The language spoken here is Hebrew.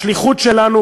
השליחות שלנו,